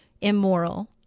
immoral